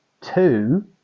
two